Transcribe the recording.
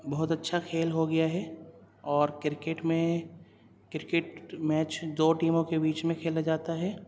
بہت اچھا کھیل ہو گیا ہے اور کرکٹ میں کرکٹ میچ دو ٹیموں کے بیچ میں کھیلا جاتا ہے